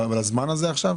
הזמן הזה עכשיו?